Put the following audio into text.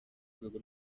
rwego